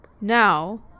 Now